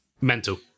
Mental